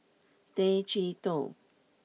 Tay Chee Toh